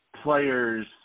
players